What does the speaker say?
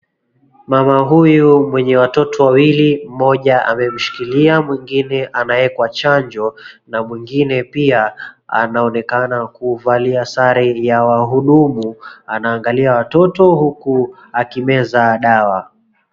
Mama huyu mwenye watoto wawili, mmoja amemshikilia na mwingine anawekwa chanjo na mwingine pia anaonekana kuvalia sare ya wahudumu anaangalia watoto huku akimeza dawa.